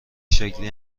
شکلی